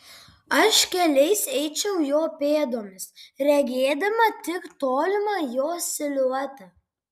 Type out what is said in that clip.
aš keliais eičiau jo pėdomis regėdama tik tolimą jo siluetą